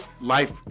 Life